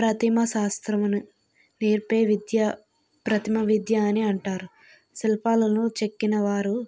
ప్రతిమ శాస్త్రం నేర్పే విద్య ప్రతిమ విద్య అని అంటారు శిల్పాలను చెక్కినవారు